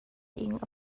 ing